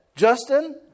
Justin